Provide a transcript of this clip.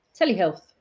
telehealth